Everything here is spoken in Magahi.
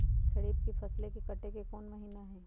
खरीफ के फसल के कटे के कोंन महिना हई?